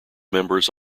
members